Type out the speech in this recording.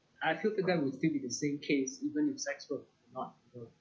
I feel the that would still be the same case even if sex work not uh